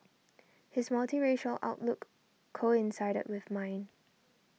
his multiracial outlook coincided with mine